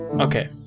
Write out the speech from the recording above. Okay